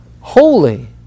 holy